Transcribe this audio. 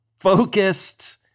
focused